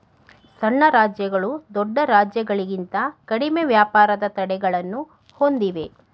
ಸಣ್ಣ ರಾಜ್ಯಗಳು ದೊಡ್ಡ ರಾಜ್ಯಗಳಿಂತ ಕಡಿಮೆ ವ್ಯಾಪಾರದ ತಡೆಗಳನ್ನು ಹೊಂದಿವೆ